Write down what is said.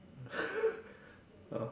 ah